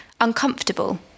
uncomfortable